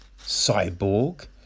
Cyborg